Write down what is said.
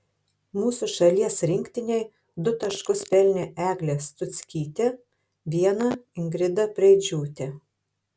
mūsų šalies rinktinei du taškus pelnė eglė stuckytė vieną ingrida preidžiūtė